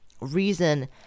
reason